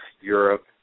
Europe